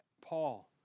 Paul